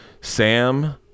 Sam